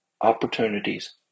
opportunities